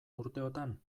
urteotan